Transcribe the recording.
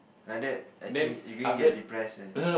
like that I think you going to get depressed leh